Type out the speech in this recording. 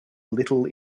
little